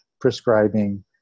prescribing